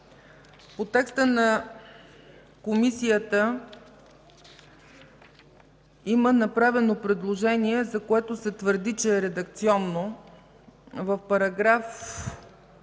По текста на Комисията има направено предложение, за което се твърди, че е редакционно – в